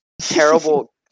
terrible